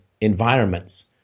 environments